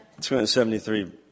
273